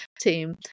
team